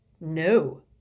No